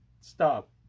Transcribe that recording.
Stop